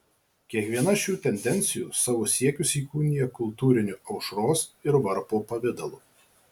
kiekviena šių tendencijų savo siekius įkūnija kultūriniu aušros ir varpo pavidalu